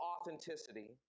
authenticity